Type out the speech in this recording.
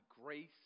grace